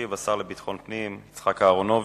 ישיב השר לביטחון פנים יצחק אהרונוביץ.